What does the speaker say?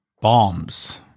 Bombs